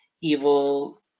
evil